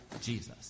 Jesus